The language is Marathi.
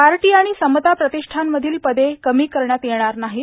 बार्टी आणि समता प्रतिष्ठानमधील पदे कमी करण्यात येणार नाहीत